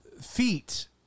feet